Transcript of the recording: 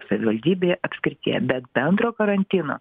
savivaldybėje atskirtyje bet bendro karantino